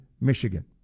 Michigan